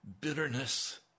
bitterness